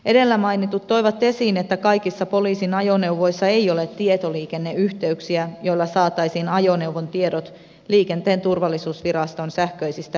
edellä mainitut toivat esiin että kaikissa poliisin ajoneuvoissa ei ole tietoliikenneyhteyksiä joilla saataisiin ajoneuvon tiedot liikenteen turvallisuusviraston sähköisistä rekistereistä